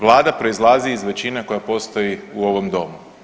Vlada proizlazi iz većine koja postoji u ovom Domu.